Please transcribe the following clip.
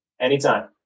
anytime